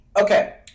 Okay